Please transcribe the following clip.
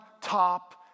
top